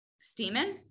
Steaming